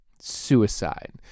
suicide